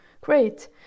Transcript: Great